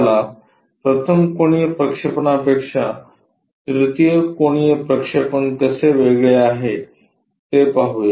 चला प्रथम कोनीय प्रक्षेपणापेक्षा तृतीय कोनीय प्रक्षेपण कसे वेगळे आहे ते पाहूया